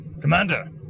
Commander